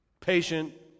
patient